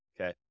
Okay